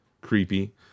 creepy